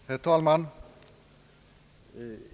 Herr talman!